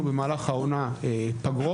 יש לנו במהלך העונה פגרות.